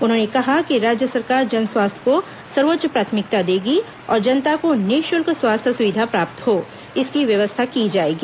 उन्होंने कहा कि राज्य सरकार जन स्वास्थ्य को सर्वोच्च प्राथमिकता देगी और जनता को निःशुल्क स्वास्थ्य सुविधा प्राप्त हो इसकी व्यवस्था की जाएगी